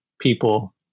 people